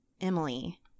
Emily